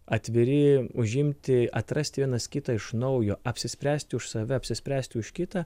atviri užimti atrasti vienas kitą iš naujo apsispręsti už save apsispręsti už kitą